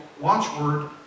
watchword